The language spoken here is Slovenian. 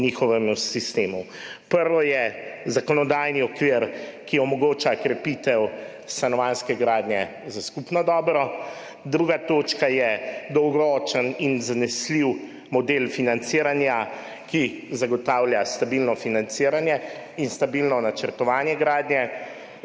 njihovemu sistemu. Prva točka je zakonodajni okvir, ki omogoča krepitev stanovanjske gradnje za skupno dobro, druga točka je dolgoročen in zanesljiv model financiranja, ki zagotavlja stabilno financiranje in stabilno načrtovanje gradnje,